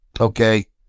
Okay